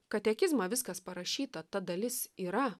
katekizmą viskas parašyta ta dalis yra